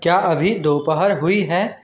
क्या अभी दोपहर हुई है